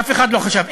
אף אחד לא חשב.